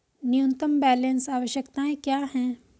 न्यूनतम बैलेंस आवश्यकताएं क्या हैं?